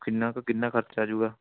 ਕਿੰਨਾਂ ਕੁ ਕਿੰਨਾਂ ਖਰਚਾ ਆ ਜੂਗਾ